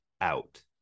out